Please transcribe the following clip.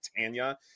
Tanya